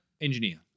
engineer